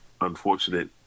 unfortunate